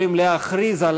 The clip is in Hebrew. אנחנו לא יכולים להכריז עליו,